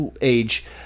age